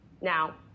Now